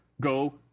go